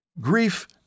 Grief